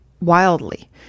wildly